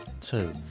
Two